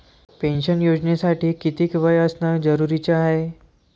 Pension योजनेसाठी कितीक वय असनं जरुरीच हाय?